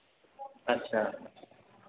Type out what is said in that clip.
अच्छा